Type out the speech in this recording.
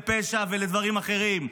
לפשע ולדברים אחרים,